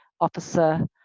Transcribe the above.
officer